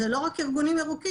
אלה לא רק ארגונים ירוקים.